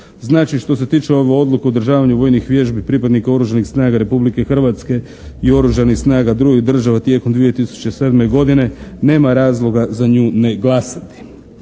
Znači što se tiče ove odluke o održavanju vojnih vježbi pripadnika oružanih snaga Republike Hrvatske i oružanih snaga drugih država tijekom 2007. godine nema razloga za nju ne glasati.